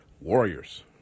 Warriors